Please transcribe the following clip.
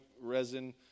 resin